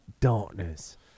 Darkness